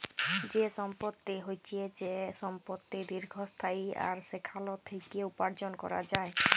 যে সম্পত্তি হচ্যে যে সম্পত্তি দীর্ঘস্থায়ী আর সেখাল থেক্যে উপার্জন ক্যরা যায়